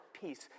peace